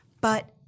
But-